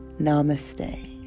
Namaste